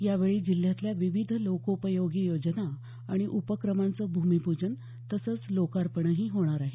यावेळी जिल्ह्यातल्या विविध लोकोपयोगी योजना आणि उपक्रमांचं भूमीपूजन तसंच लोकार्पणही होणार आहे